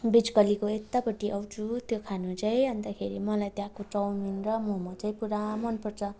बिच गल्लीको यतापट्टि आउँछु त्यो खानु चाहिँ अन्तखेरि मलाई त्यहाँको चौमिन र मोमो चाहिँ पुरा मन पर्छ